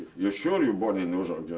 you sure you born in uzsok?